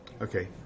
Okay